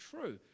true